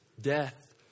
death